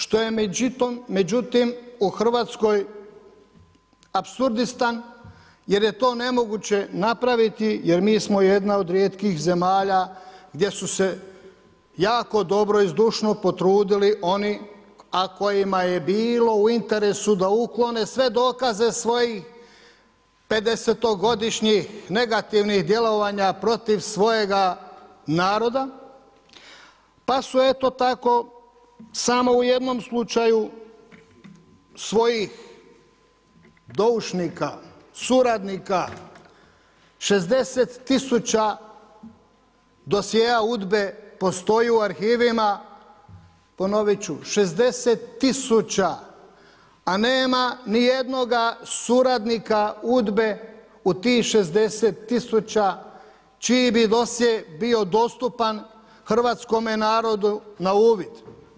Što je međutim, u Hrvatskoj apsurdistan, jer je to nemoguće napraviti jer mi smo jedna od rijetkih zemalja, gdje su se jako dobro i zdušno potrudili oni, a kojima je bilo u interesu da uklone sve dokaze svojih 50-to godišnjih negativnih djelovanja protiv svojega naroda, pa su eto tako, samo u jednom slučaju svojih doušnika, suradnika, 60 tisuća dosjea UDBA-e postoji u arhivima, ponoviti ću, 60 tisuća, a nema ni jednoga suradnika UDBA-e u tih 60 tisuća čiji bi dosje bio dostupan hrvatskome narodu na uvid.